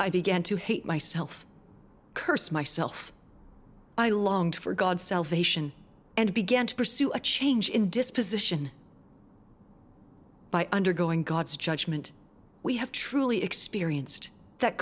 i began to hate myself cursed myself i longed for god salvation and began to pursue a change in disposition by undergoing god's judgment we have truly experienced that